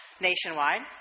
nationwide